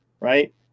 right